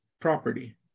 property